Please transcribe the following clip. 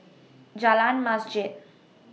Jalan Masjid